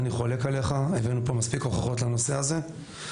אני חולק עליך והבאנו לפה מספיק הוכחות לנושא הזה.